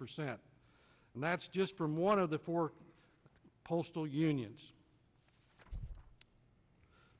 percent and that's just from one of the four postal unions